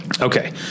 Okay